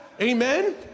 amen